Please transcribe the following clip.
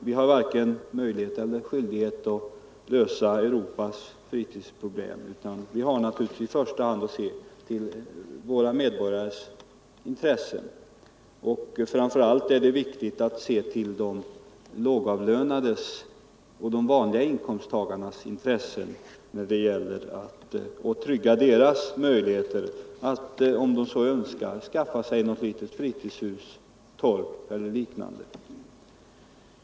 Vi har varken möjlighet eller skyldighet att lösa Europas fritidsproblem, utan vi har naturligtvis i första hand att se till våra medborgares intressen. Framför allt är det viktigt att se till att trygga de lågavlönades och de vanliga inkomsttagarnas möjligheter att — om de så önskar — skaffa ett litet fritidshus, torp eller liknande.